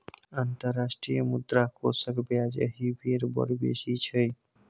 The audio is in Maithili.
अंतर्राष्ट्रीय मुद्रा कोषक ब्याज एहि बेर बड़ बेसी छै